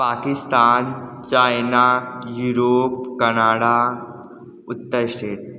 Pakistan China Europe Canada उत्तर state